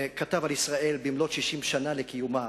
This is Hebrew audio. כתב על ישראל במלאות 60 שנה לקיומה,